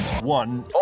One-